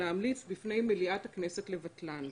להמליץ בפני מליאת הכנסת לבטלן.